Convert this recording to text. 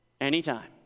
anytime